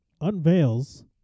unveils